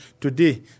today